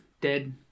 Dead